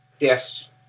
Yes